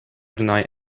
deny